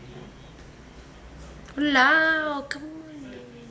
!walao! come on